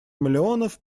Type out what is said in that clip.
миллионов